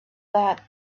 that